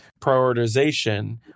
prioritization